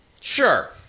Sure